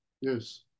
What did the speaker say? Yes